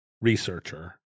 researcher